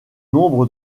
nombre